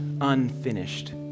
unfinished